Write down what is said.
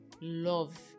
love